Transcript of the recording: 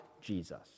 Jesus